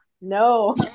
no